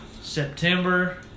September